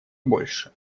больше